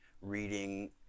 reading